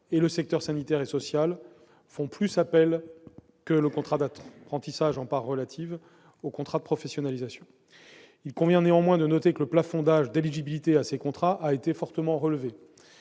et le secteur sanitaire et social font plus appel, en part relative, aux contrats de professionnalisation. Il convient néanmoins de noter que le plafond d'âge d'éligibilité à ces contrats a été fortement relevé,